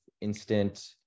instant